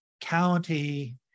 County